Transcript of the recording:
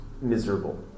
miserable